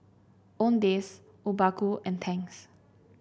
Owndays Obaku and Tangs